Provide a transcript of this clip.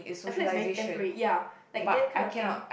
I feel like it's very temporary ya like that kind of thing